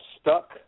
Stuck